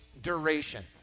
duration